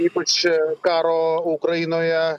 ypač karo ukrainoje